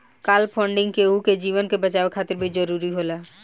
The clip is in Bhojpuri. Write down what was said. काल फंडिंग केहु के जीवन के बचावे खातिर भी जरुरी हो जाला